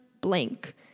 blank